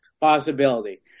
possibility